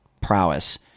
prowess